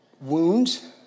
wounds